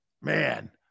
Man